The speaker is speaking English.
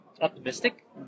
optimistic